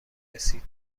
رسید